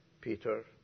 Peter